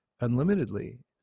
unlimitedly